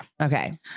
Okay